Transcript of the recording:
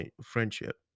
friendship